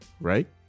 right